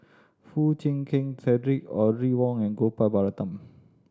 Foo Chee Keng Cedric Audrey Wong and Gopal Baratham